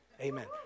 Amen